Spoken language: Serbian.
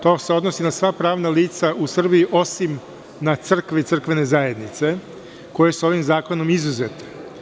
To se odnosi na sva pravna lica u Srbiji, osim na crkve i crkvene zajednice, koje su ovim zakonom izuzete.